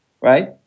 right